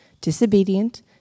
disobedient